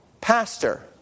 Pastor